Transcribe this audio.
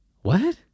What